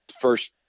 first